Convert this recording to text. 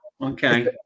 Okay